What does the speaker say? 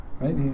right